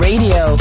Radio